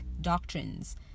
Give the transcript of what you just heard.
doctrines